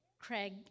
Craig